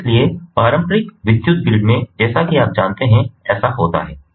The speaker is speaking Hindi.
इसलिए पारंपरिक विद्युत ग्रिड में जैसा कि आप जानते हैं ऐसा होता है